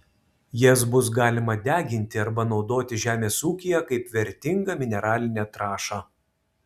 jas bus galima deginti arba naudoti žemės ūkyje kaip vertingą mineralinę trąšą